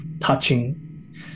touching